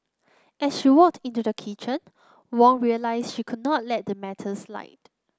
as she walked into the kitchen Wong realised she could not let the matter slide